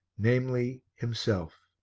namely himself.